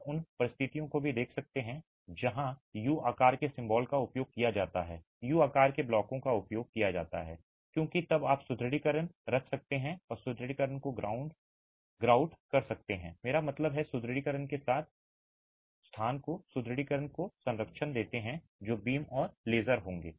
आप उन परिस्थितियों को भी देख सकते हैं जहां यू आकार के ब्लॉक का उपयोग किया जाता है यू आकार के ब्लॉकों का उपयोग किया जाता है क्योंकि तब आप सुदृढीकरण रख सकते हैं और सुदृढीकरण को ग्राउट कर सकते हैं मेरा मतलब है कि सुदृढीकरण के स्थान को सुदृढीकरण को संरक्षण देते हैं जो बीम और लेज़र होंगे